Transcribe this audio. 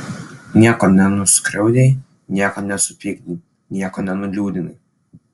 nieko nenuskriaudei nieko nesupykdei nieko nenuliūdinai